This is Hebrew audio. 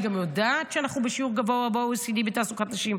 יודעת שאנחנו בשיעור גבוה ב- OECD בתעסוקת נשים.